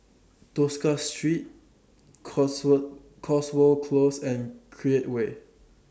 Tosca Street cots World Cotswold Close and Create Way